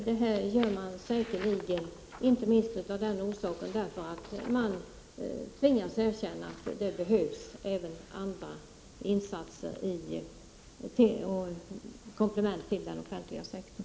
Detta gör man säkerligen inte minst av orsaken att man tvingas erkänna att det behövs även andra insatser och komplement till den offentliga sektorn.